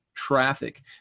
traffic